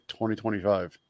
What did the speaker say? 2025